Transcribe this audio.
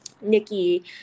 Nikki